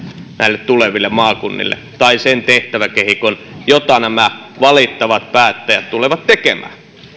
näille tuleville maakunnille sen sisällön tai sen tehtäväkehikon jota nämä valittavat päättäjät tulevat tekemään se